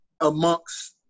amongst